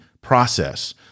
process